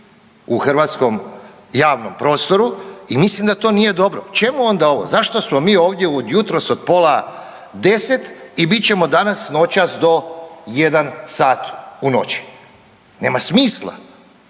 u hrvatskom javnom prostoru i mislim da to nije dobro. Čemu onda ovo? Zašto smo mi ovdje od jutros od pola deset i bit ćemo danas, noćas do jedan sat u noći. Nema smisla,